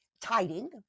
tiding